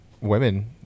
women